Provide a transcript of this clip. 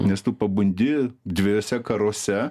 nes tu pabundi dviejuose karuose